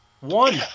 one